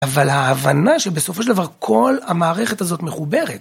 אבל ההבנה שבסופו של דבר, כל המערכת הזאת מחוברת.